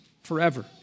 forever